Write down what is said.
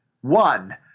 one